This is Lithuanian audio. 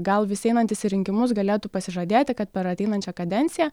gal visi einantys į rinkimus galėtų pasižadėti kad per ateinančią kadenciją